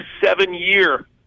seven-year